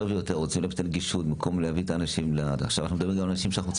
אנחנו מדברים על אנשים שאנחנו רוצים